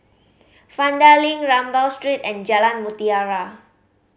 Vanda Link Rambau Street and Jalan Mutiara